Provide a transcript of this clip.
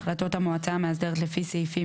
החלטות המועצה המאסדרת לפי סעיפים